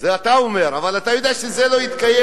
זה אתה אומר, אבל אתה יודע שזה לא יתקיים.